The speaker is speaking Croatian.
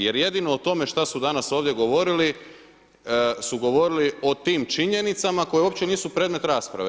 Jer jedino o tome šta su danas ovdje govorili su govorili o tim činjenicama koje uopće nisu predmet rasprave.